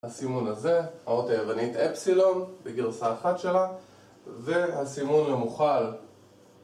הסימון הזה, האות היוונית אפסילון בגרסה אחת שלה, והסימון למוכל...